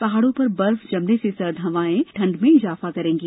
पहाड़ों पर बर्फ जमने से सर्द उत्तरी हवाएं ठंड में इजाफा करेंगी